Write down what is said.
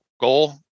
goal